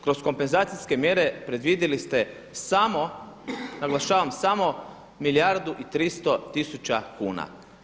Kroz kompenzacijske mjere predvidjeli ste samo, naglašavam: samo, milijardu i 300 tisuća kuna.